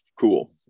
cool